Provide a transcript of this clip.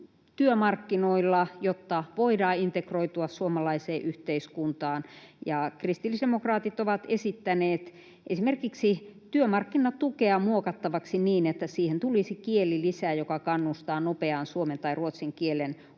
työmarkkinoilla, jotta voidaan integroitua suomalaiseen yhteiskuntaan. Kristillisdemokraatit ovat esittäneet esimerkiksi työmarkkinatukea muokattavaksi niin, että siihen tulisi kielilisä, joka kannustaa nopeaan suomen tai ruotsin kielen